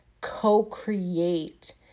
co-create